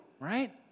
right